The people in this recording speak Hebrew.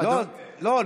לא,